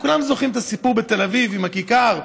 וכולם זוכרים את הסיפור בתל אביב עם הכיכר,